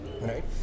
right